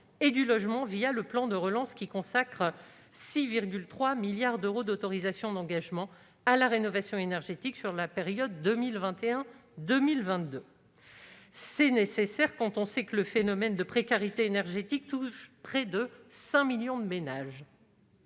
et du logement, le plan de relance, qui consacre 6,3 milliards d'euros d'autorisations d'engagement à la rénovation énergétique sur la période 2021-2022. C'est nécessaire quand on sait que le phénomène de précarité énergétique touche près de 5 millions de ménages.